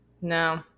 No